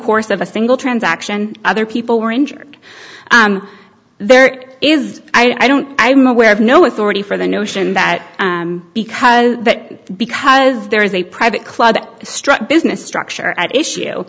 course of a single transaction other people were injured there is i don't i'm aware of no authority for the notion that because that because there is a private club struck business structure at